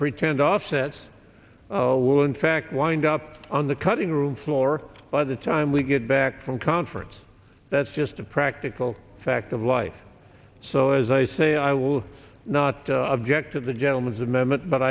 pretend offsets will in fact wind up on the cutting room floor by the time we get back from conference that's just a practical fact of life so as i say i will not object to the gentleman's